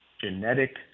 genetic